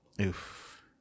Oof